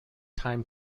time